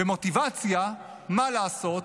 ומוטיבציה, מה לעשות?